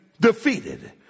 defeated